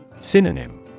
Synonym